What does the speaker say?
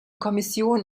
kommission